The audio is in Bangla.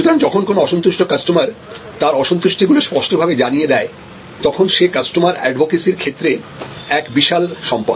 সুতরাং যখন কোন অসন্তুষ্ট কাস্টমার তার অসন্তুষ্টি গুলো স্পষ্টভাবে জানিয়ে দেয় তখন সে কাস্টমার এডভোকেসীর ক্ষেত্রে এক বিশাল সম্পদ